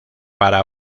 para